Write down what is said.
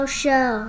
show